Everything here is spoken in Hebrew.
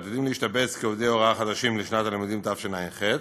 עתידים להשתבץ כעובדי הוראה חדשים בשנת הלימודים התשע"ח,